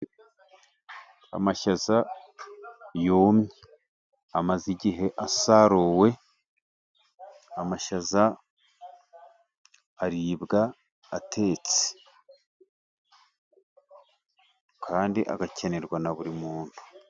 amashyaza yumye amaze igihe asaruwe, amashaza aribwa atetse kandi agakenerwa na buri muntu.